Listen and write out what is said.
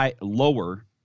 lower